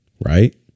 Right